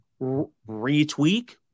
retweak